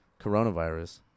coronavirus